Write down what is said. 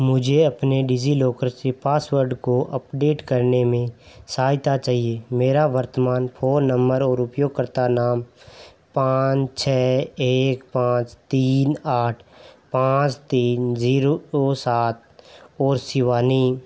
मुझे अपने DigiLocker password को अपडेट करने में सहायता चाहिए मेरा वर्तमान फ़ोन नम्बर और उपयोगकर्ता नाम पाँच छह एक पाँच तीन आठ पाँच तीन ज़ीरो ओ सात और शिवानी एक नौ नौ ज़ीरो है मैं यह कैसे करूँ